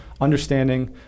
understanding